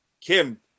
Kim